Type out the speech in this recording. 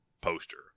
poster